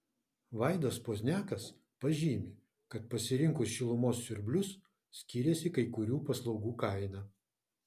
vaidas pozniakas pažymi kad pasirinkus šilumos siurblius skiriasi kai kurių paslaugų kaina